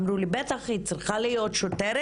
ואמרו לי שבטח שהיא צריכה להיות שוטרת,